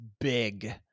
big